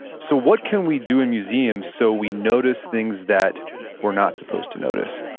so what can we do in museums so we notice things that we're not supposed to notice?